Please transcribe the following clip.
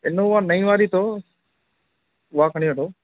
Innova नईं वारी अथव उहा खणी वठो